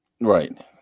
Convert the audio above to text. right